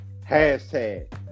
hashtag